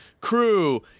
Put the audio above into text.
crew